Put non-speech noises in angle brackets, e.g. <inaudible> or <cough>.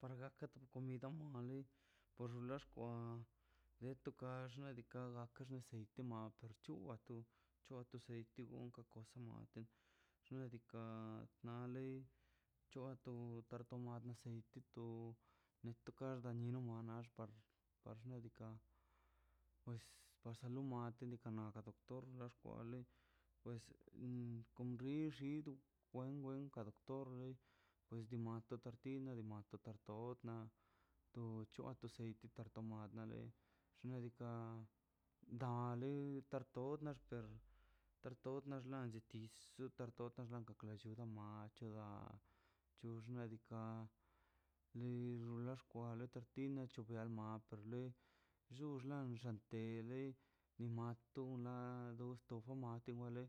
Par gakan por to comida on da lei por lo xkwa de toxka xnaꞌ diikaꞌ kaxne seite onkan asunaite xnaꞌ diikaꞌ na lei choatoi <noise> tar tomai aceite netorkar danino ax par niadika pues par solo mate lika naka doctor lox kwale pues konxi xid wen wenka pues dina tortina dimosna tortona <noise> to chuate aceite tarta mua nade xnaꞌ diikaꞌ dale tarton nax per tarton naslə de tis tus tartorta klalluda mall da chur nadika lei xkwale te tin nachlo makə le llull lan xantele imatola loxto fomatile